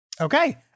Okay